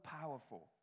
powerful